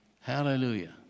hallelujah